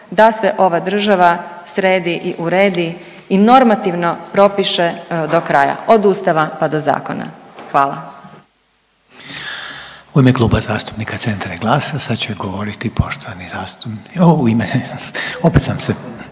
da se ova država sredi i uredi i normativno propiše do kraja, od ustava, pa do zakona, hvala. **Reiner, Željko (HDZ)** U ime Kluba zastupnika Centra i GLAS-a sad će govoriti poštovani zastupnik, o u ime, opet sam se,